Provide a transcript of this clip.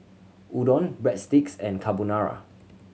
Udon Breadsticks and Carbonara